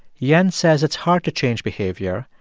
jens says it's hard to change behavior,